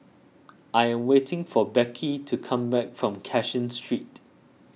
I am waiting for Becky to come back from Cashin Street